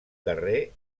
carrer